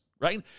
right